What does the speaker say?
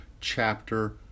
chapter